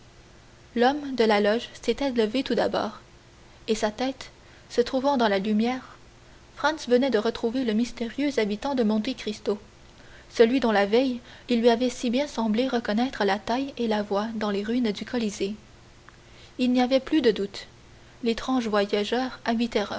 l'homme de la loge s'était levé tout debout et sa tête se trouvant dans la lumière franz venait de retrouver le mystérieux habitant de monte cristo celui dont la veille il lui avait si bien semblé reconnaître la taille et la voix dans les ruines du colisée il n'y avait plus de doute l'étrange voyageur